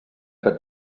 fet